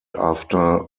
after